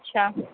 اچھا